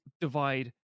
divide